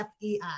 FEI